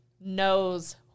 knows